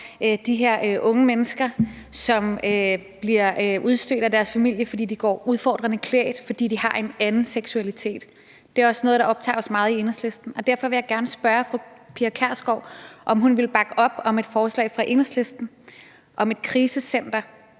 de her unge mennesker, som bliver udstødt af deres familie, fordi de går udfordrende klædt, og fordi de har en anden seksualitet. Det er også noget af det, der optager os meget i Enhedslisten. Derfor vil jeg gerne spørge fru Pia Kjærsgaard, om hun vil bakke op om et forslag fra Enhedslisten om et krisecenter